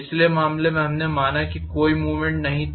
पिछले मामले में हमने माना कि कोई मूवमेंट नहीं था